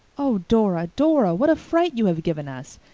oh, dora, dora, what a fright you have given us!